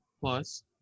Plus